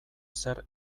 zer